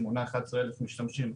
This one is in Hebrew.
קהילה שמונה 11,000 משתמשים.